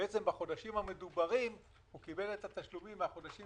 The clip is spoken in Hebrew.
בעצם בחודשים המדוברים הוא קיבל תשלומים מן החודשים